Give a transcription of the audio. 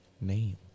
name